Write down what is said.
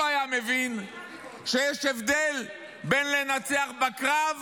הוא היה מבין שיש הבדל בין לנצח בקרב